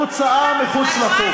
בהוצאה אל מחוץ לחוק.